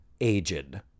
Aged